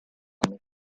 come